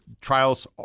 trials